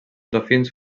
dofins